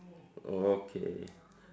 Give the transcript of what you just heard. okay